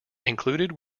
included